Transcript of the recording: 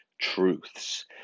truths